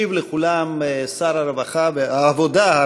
ישיב לכולם שר העבודה,